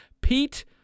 Pete